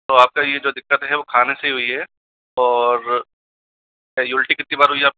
तो आपका यह जो दिक्कत है वह खाने से हुई है और यह उल्टी कितनी बार हुई है आपकी